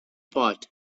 pot